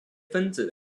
分子